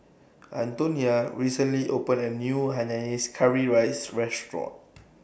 Antonia recently opened A New Hainanese Curry Rice Restaurant